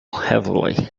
heavily